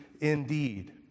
indeed